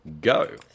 go